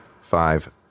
Five